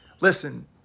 Listen